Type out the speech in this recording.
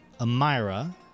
Amira